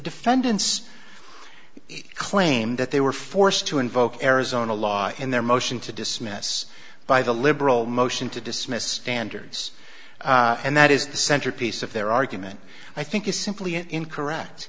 defendants claim that they were forced to invoke arizona law in their motion to dismiss by the liberal motion to dismiss standards and that is the centerpiece of their argument i think is simply incorrect